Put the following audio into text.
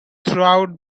throughout